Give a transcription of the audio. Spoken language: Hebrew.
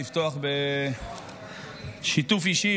אני רוצה לפתוח בשיתוף אישי,